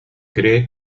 cree